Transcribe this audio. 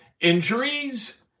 injuries